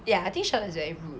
ya I think shut up is very rude